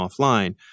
offline